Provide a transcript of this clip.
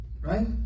Right